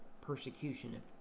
persecution